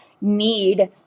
Need